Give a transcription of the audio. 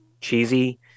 cheesy